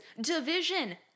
division